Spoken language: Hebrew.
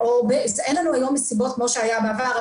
אין לנו היום מסיבות כמו שהיה בעבר,